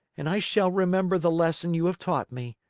and i shall remember the lesson you have taught me.